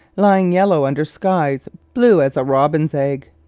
lying yellow under skies blue as a robin's egg.